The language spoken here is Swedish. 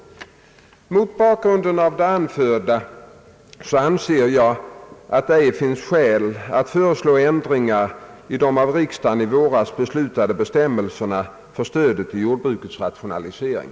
Mot bakgrunden av det anförda anser jag att det ej finns skäl att föreslå ändringar i de av riksdagen i våras beslutade bestämmelserna för stödet till jordbrukets rationalisering.